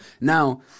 Now